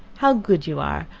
how good you are!